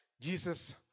Jesus